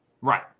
Right